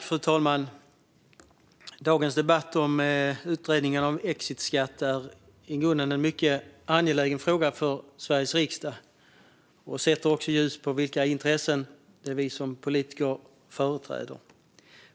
Fru talman! Dagens debatt om utredningen om exitskatter handlar om en i grunden mycket angelägen fråga för Sveriges riksdag och sätter också ljuset på vilka intressen vi som politiker företräder.